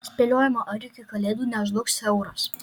spėliojama ar iki kalėdų nežlugs euras